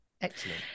Excellent